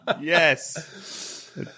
Yes